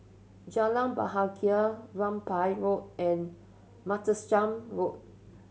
Jalan Bahagia Rambai Road and Martlesham Road